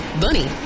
Bunny